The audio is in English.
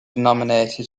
nominated